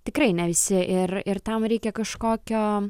tikrai ne visi ir ir tam reikia kažkokio